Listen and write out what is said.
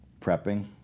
prepping